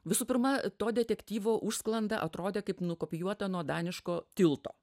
visų pirma to detektyvo užsklanda atrodė kaip nukopijuota nuo daniško tilto